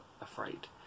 afraid